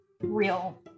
real